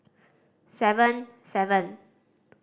seven seven